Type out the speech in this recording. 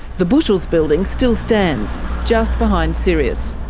the bushells building still stands, just behind sirius.